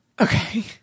Okay